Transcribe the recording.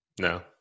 No